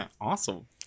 Awesome